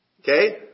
okay